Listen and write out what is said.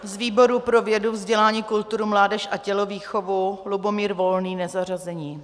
Z výboru pro vědu, vzdělání, kulturu, mládež a tělovýchovu Lubomír Volný, nezařazený.